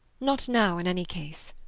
not now, in any case.